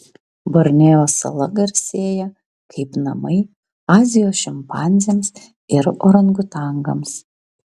borneo sala garsėja kaip namai azijos šimpanzėms ir orangutangams